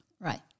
Right